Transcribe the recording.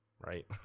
right